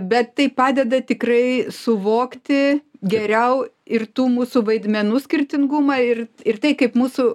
bet tai padeda tikrai suvokti geriau ir tų mūsų vaidmenų skirtingumą ir ir tai kaip mūsų